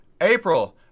April